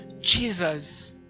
jesus